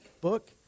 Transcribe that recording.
book